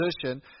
position